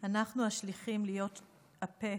אנחנו השליחים להיות הפה